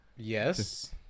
Yes